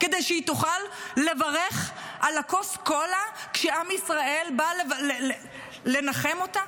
כדי שהיא תוכל לברך על כוס הקולה כשעם ישראל בא לנחם אותה?